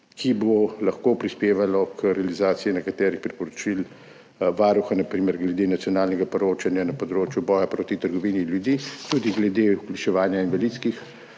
ki bodo lahko prispevale k realizaciji nekaterih priporočil varuha, na primer glede nacionalnega poročanja na področju boja proti trgovini z ljudmi, tudi glede vključevanja invalidskih